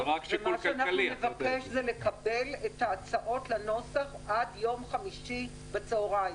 אנחנו נבקש לקבל את ההצעות לנוסח עד יום חמישי בצהריים